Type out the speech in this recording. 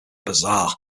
bizarre